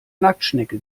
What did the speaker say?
nacktschnecke